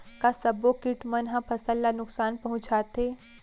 का सब्बो किट मन ह फसल ला नुकसान पहुंचाथे?